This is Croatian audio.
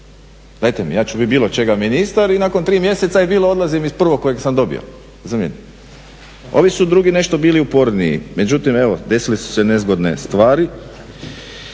ja ću bit bilo čega ministar i nakon tri mjeseca je bilo odlazim iz prvog kojeg sam dobio. Ovi su drugi nešto bili uporniji, međutim desile su se nezgodne stvari.